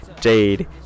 Jade